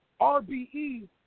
RBE